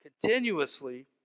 continuously